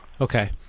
Okay